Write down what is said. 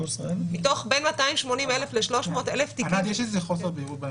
לעבור מ-2,500 ₪ ל-15,000 ₪ ואל תביאו לנו על